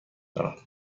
دارم